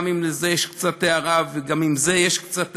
גם אם לזה יש קצת הערה וגם אם לזה יש קצת הערה.